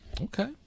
Okay